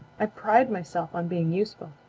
i pride myself on being useful.